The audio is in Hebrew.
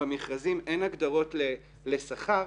במכרזים אין הגדרות לשכר.